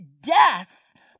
death